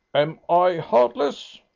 am i heartless?